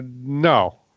no